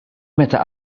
meta